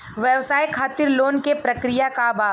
व्यवसाय खातीर लोन के प्रक्रिया का बा?